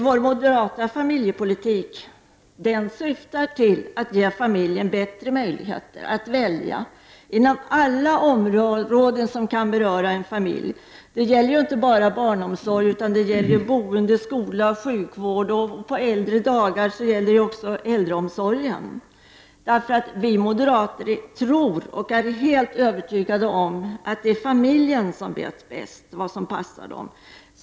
Vår moderata familjepolitik syftar till att ge familjen bättre möjligheter att välja inom alla områden som den kan beröras av. Förutom barnomsorg gäller detta även boende, skola, sjukvård och på äldre dagar äldreomsorg. Vi moderater är helt övertygade om att det är familjen som vet bäst vad som passar den.